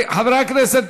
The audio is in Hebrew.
חברי הכנסת,